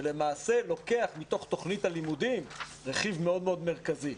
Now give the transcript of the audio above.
ולמעשה לוקח מתוך תוכנית הלימודים רכיב מאוד מאוד מרכזי.